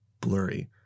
blurry